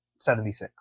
76